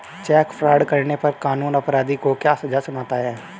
Check fraud करने पर कानून अपराधी को क्या सजा सुनाता है?